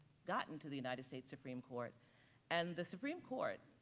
gotten to the united states supreme court and the supreme court